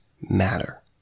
matter